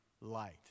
light